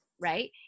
right